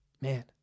Man